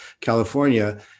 California